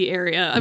area